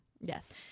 yes